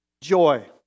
Joy